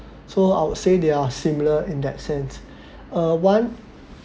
so I would say they are similar in that sense uh one